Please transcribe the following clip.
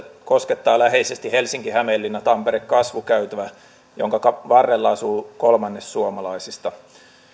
koskettaa läheisesti helsinki hämeenlinna tampere kasvukäytävä jonka varrella asuu kolmannes suomalaisista